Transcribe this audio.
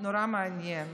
נורא מעניין.